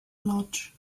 lodge